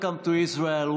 welcome to Israel,